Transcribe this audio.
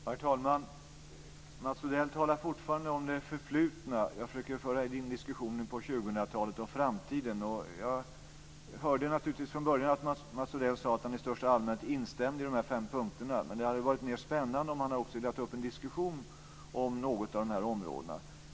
Herr talman! Mats Odell talar fortfarande om det förflutna. Jag försöker föra in diskussionen på 2000 talet och framtiden. Jag hörde naturligtvis från början att Mats Odell sade att han i största allmänhet instämde i dessa fem punkter. Det hade varit mer spännande om han också hade velat ta upp en diskussion om något av dessa områden.